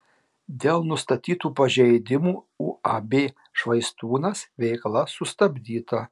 dėl nustatytų pažeidimų uab švaistūnas veikla sustabdyta